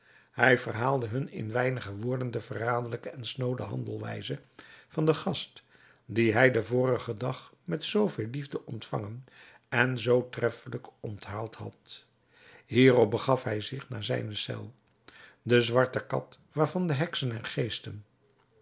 hij verhaalde hun in weinige woorden de verraderlijke en snoode handelwijze van den gast die hij den vorigen dag met zoo veel liefde ontvangen en zoo treffelijk onthaald had hierop begaf hij zich naar zijne cel de zwarte kat waarvan de heksen en geesten